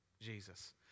Jesus